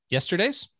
Yesterday's